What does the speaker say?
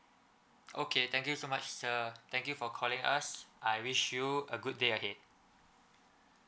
okay thank you so much sir thank you for calling us I wish you a good day ahead